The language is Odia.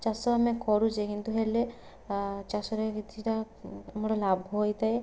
ଚାଷ ଆମେ କରୁଛେ କିନ୍ତୁ ହେଲେ ଆ ଚାଷରେ କିଛିଟା ଆମର ଲାଭ ହୋଇଥାଏ